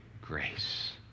grace